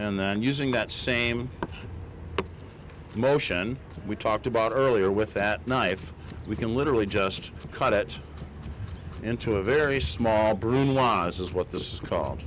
and then using that same motion we talked about earlier with that knife we can literally just cut it into a very small prune laws is what this is called